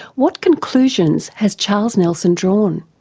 what conclusions has charles nelson drawn?